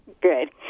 Good